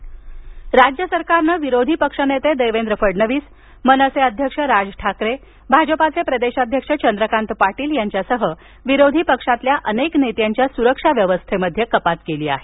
विरोधक सुरक्षा राज्य सरकारनं विरोधी पक्षनेते देवेंद्र फडणवीस मनसे अध्यक्ष राज ठाकरे भाजपाचे प्रदेशाध्यक्ष चंद्रकांत पाटील यांच्यासह विरोधी पक्षातल्या अनेक नेत्यांच्या सुरक्षाव्यवस्थेत कपात केली आहे